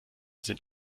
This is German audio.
sind